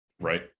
right